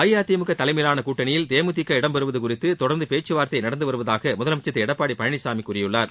அஇஅதிமுக தலைமையிலான கூட்டணியில் தேமுதிக இடம்பெறுவது குறித்து தொடர்ந்து பேச்சுவார்த்தை நடைபெற்று வருவதாக முதலமைச்சர் திரு எடப்பாடி பழனிசாமி கூறியுள்ளார்